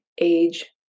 age